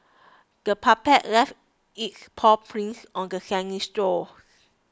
the puppy left its paw prints on the sandy shore